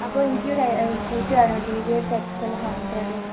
അപ്പം എനിക്ക് ഒരു കൂട്ടി വേണം TVS Excel hundred